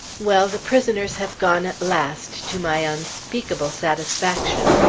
well! the prisoners have gone at last, to my unspeakable satisfaction.